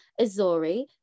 Azori